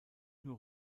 nur